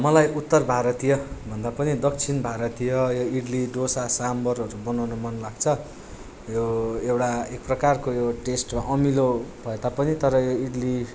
मलाई उत्तर भारतीयभन्दा पनि दक्षिण भारतीय इडली डोसा साम्बरहरू बनाउनु मन लाग्छ यो एउटा एक प्रकारको यो टेस्ट अमिलो भए तापनि तर यो इडली